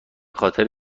خاطر